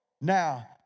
Now